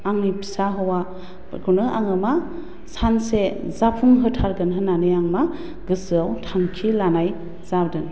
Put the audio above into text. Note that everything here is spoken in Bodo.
आंनि फिसा हौवाफोरखौनो आङो मा सानसे जाफुं होथारगोन होन्नानै आं मा गोसोयाव थांखि लानाय जादों